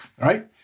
right